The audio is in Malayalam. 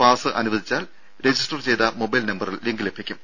പാസ്സ് അനുവദിച്ചാൽ രജിസ്റ്റർചെയ്ത മൊബൈൽ നമ്പറിൽ ലിങ്ക് ലഭിക്കും